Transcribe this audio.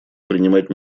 принимать